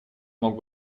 мог